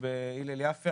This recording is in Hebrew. בהלל יפה,